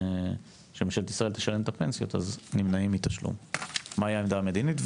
מהי העמדה המדינית,